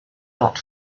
not